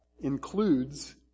includes